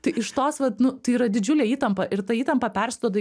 tai iš tos vat nu tai yra didžiulė įtampa ir ta įtampa persiduoda